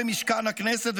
במשכן הכנסת.